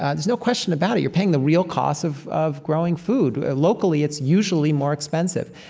ah there's no question about it. you're paying the real cost of of growing food. locally, it's usually more expensive.